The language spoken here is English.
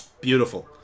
beautiful